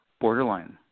borderline